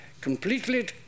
completely